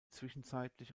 zwischenzeitlich